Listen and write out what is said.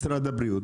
משרד הבריאות,